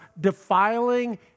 defiling